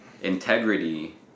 integrity